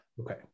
Okay